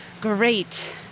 Great